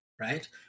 right